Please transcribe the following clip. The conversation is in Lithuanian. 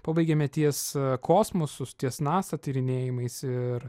pabaigėme ties kosmosu ties nasa tyrinėjimais ir